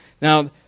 Now